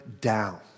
down